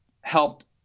helped